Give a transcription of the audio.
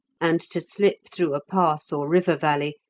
and to slip through a pass or river valley,